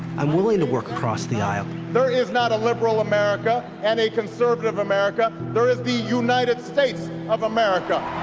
i'm willing to work across the aisle. there is not a liberal america and a conservative america, there is the united states of america!